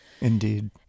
indeed